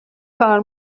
کار